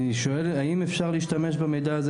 אני שואל האם אפשר להשתמש במידע הזה